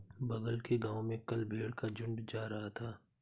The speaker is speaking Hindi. बगल के गांव में कल भेड़ का झुंड जा रहा था